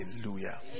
Hallelujah